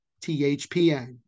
THPN